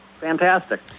fantastic